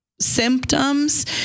symptoms